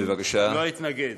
לא אתנגד.